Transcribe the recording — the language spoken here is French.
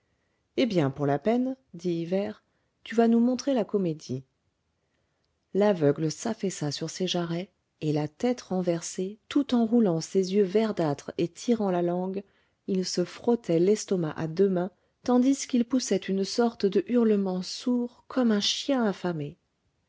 eh bien pour la peine dit hivert tu vas nous montrer la comédie l'aveugle s'affaissa sur ses jarrets et la tête renversée tout en roulant ses yeux verdâtres et tirant la langue il se frottait l'estomac à deux mains tandis qu'il poussait une sorte de hurlement sourd comme un chien affamé